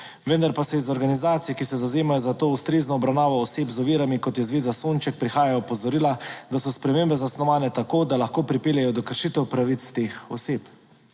Vendar pa se iz organizacij, ki se zavzemajo za to ustrezno obravnavo oseb z ovirami, kot je Zveza Sonček, prihajajo opozorila, da so spremembe zasnovane tako, da lahko pripeljejo do kršitev pravic teh oseb.